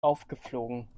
aufgeflogen